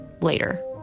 later